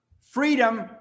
freedom